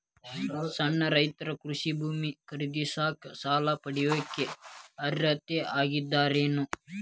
ಸಣ್ಣ ರೈತರು ಕೃಷಿ ಭೂಮಿ ಖರೇದಿಸಾಕ, ಸಾಲ ಪಡಿಯಾಕ ಅರ್ಹರಿದ್ದಾರೇನ್ರಿ?